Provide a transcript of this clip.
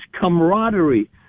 camaraderie